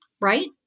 Right